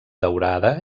daurada